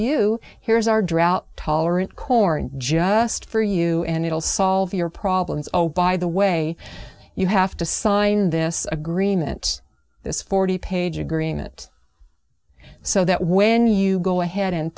you here's our drought tolerant corn just for you and it'll solve your problems oh by the way you have to sign this agreement this forty page agreement so that when you go ahead and